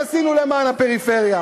אז אני אתן לכם עוד דוגמה לרפורמה מעניינת: